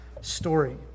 story